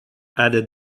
added